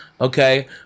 Okay